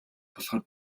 болохоор